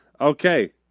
Okay